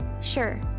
Sure